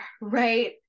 right